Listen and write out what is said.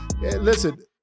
Listen